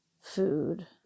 food